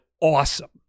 awesome